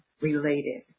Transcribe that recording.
related